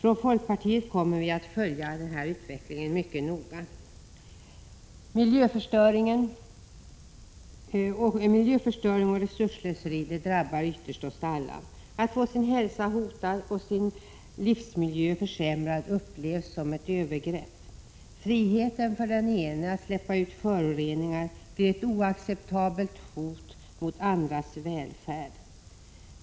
Från folkpartiet kommer vi att följa utvecklingen mycket noga. Miljöförstöring och resursslöseri drabbar ytterst oss alla. Att få sin hälsa hotad och sin livsmiljö försämrad upplevs som ett övergrepp. Friheten för den ene att släppa ut föroreningar blir ett oacceptabelt hot mot andras välfärd.